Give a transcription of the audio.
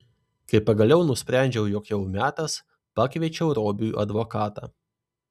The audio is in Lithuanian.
kai pagaliau nusprendžiau jog jau metas pakviečiau robiui advokatą